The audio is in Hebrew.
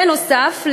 בנוסף,